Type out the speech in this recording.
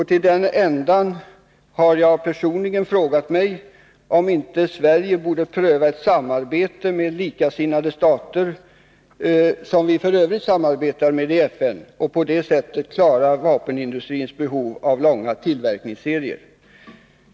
Till den ändan har jag personligen frågat mig, om inte Sverige borde pröva ett samarbete med likasinnade stater, som vi f. ö. samarbetar med i FN, för att på det sättet klara vapenindustrins behov av långa tillverkningsserier.